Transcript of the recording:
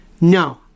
No